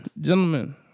gentlemen